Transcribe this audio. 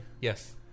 Yes